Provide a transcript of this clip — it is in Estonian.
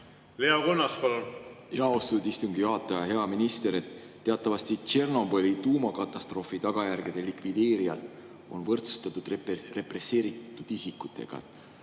Leo Kunnas, palun! Austatud istungi juhataja! Hea minister! Teatavasti Tšernobõli tuumakatastroofi tagajärgede likvideerijad on võrdsustatud represseeritud isikutega.